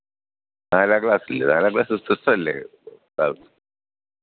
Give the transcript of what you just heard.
നാലാങ്ക്ളാസില് നാലാങ്ക്ളാസിലെ സിസ്റ്ററല്ലേ അ